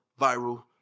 viral